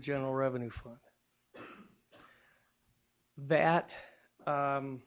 general revenue for that